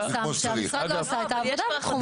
היה חסם שהמשרד לא עשה את העבודה בתחום,